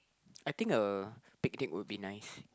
I think a big date would be nice